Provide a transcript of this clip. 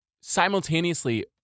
simultaneously